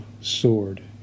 Sword